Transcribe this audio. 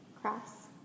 Cross